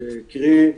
קרי,